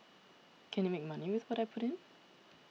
can it make money with what I put in